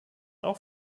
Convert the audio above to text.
auch